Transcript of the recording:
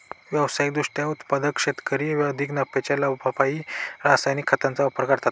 व्यावसायिक दृष्ट्या उत्पादक शेतकरी अधिक नफ्याच्या लोभापायी रासायनिक खतांचा वापर करतात